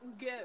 Go